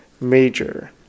major